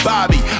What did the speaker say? Bobby